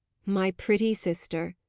my pretty sister!